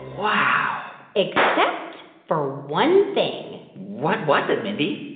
wow. except for one thing what was it, mindy?